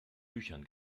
büchern